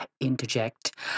interject